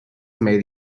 made